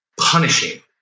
punishing